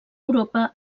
europa